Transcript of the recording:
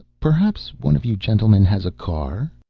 perhaps one of you gentlemen has a car?